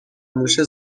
موشه